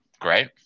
great